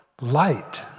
Light